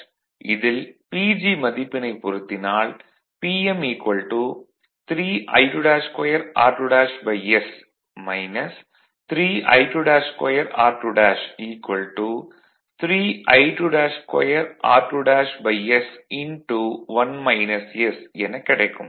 இதில் PG மதிப்பினைப் பொருத்தினால் Pm 3I22 r2s 3I22 r2 3I22 r2s எனக் கிடைக்கும்